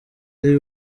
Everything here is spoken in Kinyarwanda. ari